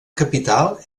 capital